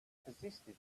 persisted